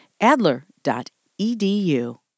Adler.edu